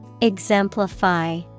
exemplify